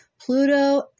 Pluto